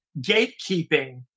gatekeeping